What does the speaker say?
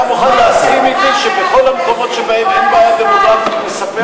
אתה מוכן להסכים אתי שבכל המקומות שבהם אין בעיה דמוגרפית נספח?